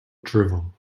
drivel